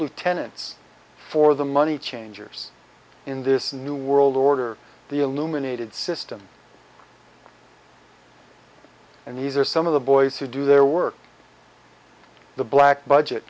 lieutenants for the money changers in this new world order the illuminated system and these are some of the boys who do their work the black budget